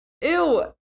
Ew